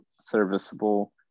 serviceable